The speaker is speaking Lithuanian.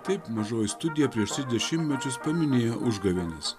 taip mažoji studija prieš tris dešimtmečius paminėjo užgavėnes